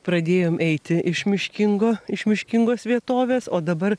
pradėjom eiti iš miškingo iš miškingos vietovės o dabar